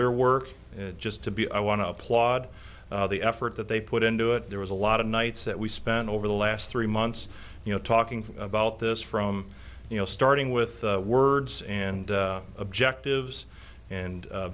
their work just to be i want to applaud the effort that they put into it there was a lot of nights that we spent over the last three months you know talking about this from you know starting with words and objectives and